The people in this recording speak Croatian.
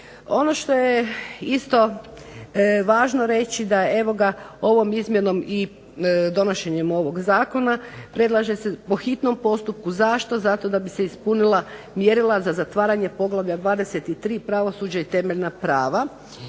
Ono što je isto važno reći da evo ga ovom izmjenom i donošenjem ovog zakona predlaže se po hitnom postupku. Zašto? Zato da bi se ispunila mjerila za zatvaranje Poglavlja 23. – Pravosuđe i temeljna prava.